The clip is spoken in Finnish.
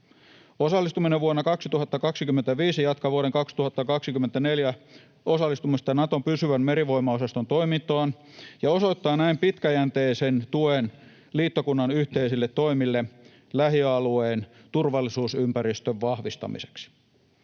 Osallistuminen vuonna 2025 jatkaa vuoden 2024 osallistumista Naton pysyvän merivoimaosaston toimintaan ja osoittaa näin pitkäjänteisen tuen liittokunnan yhteisille toimille lähialueen turvallisuusympäristön vahvistamiseksi.